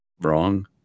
wrong